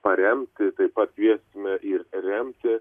paremti taip pat kviesime ir remti